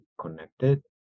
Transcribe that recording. connected